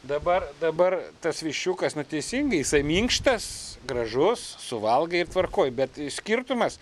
dabar dabar tas viščiukas nu teisingai jisai minkštas gražus suvalgai ir tvarkoj bet skirtumas